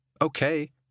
Okay